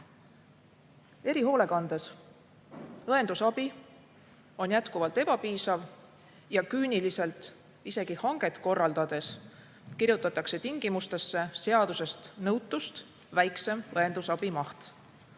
Erihoolekandes õendusabi on jätkuvalt ebapiisav. Küüniliselt isegi hanget korraldades kirjutatakse tingimustesse seaduses nõutust väiksem õendusabi maht.